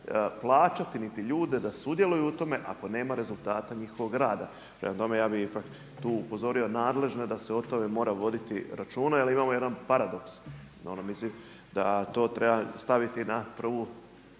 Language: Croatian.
plaćati niti ljude da sudjeluju u tome ako nema rezultata njihovog rada. Prema tome, ja bih ipak tu upozorio nadležne da se o tome voditi računa, jer imamo jedan paradoks. Mislim da to treba staviti na prvu,